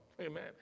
amen